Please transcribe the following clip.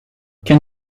can